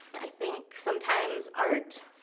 i think, sometimes art,